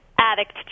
addict